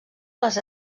les